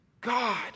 God